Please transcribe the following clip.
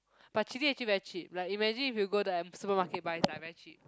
but chili actually very cheap like imagine if you go to M supermarket buy lah it's very cheap